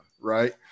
right